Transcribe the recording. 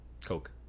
coke